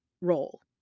role